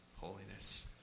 holiness